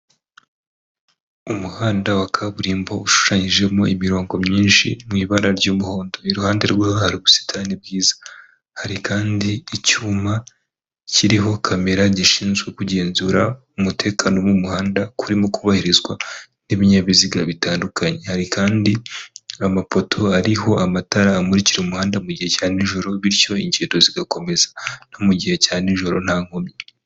Umuhanda wa kaburimbo ushushanyijemo imirongo myinshi mu ibara ry'umuhondo, iruhande rwaho hari ubusitani bwiza. Hari kandi icyuma kiriho kamera, gishinzwe kugenzura umutekano mu muhanda ko urimo kubahirizwa n'ibinyabiziga bitandukanye. Hari kandi amapoto ariho amatara amurikira umuhanda mu gihe cya nijoro, bityo ingendo zigakomeza no mu gihe cya nijoro nta nkomyi.